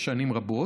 שנים רבות.